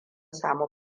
samu